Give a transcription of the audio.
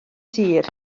tir